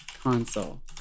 console